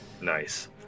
Nice